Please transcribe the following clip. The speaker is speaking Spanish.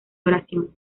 oración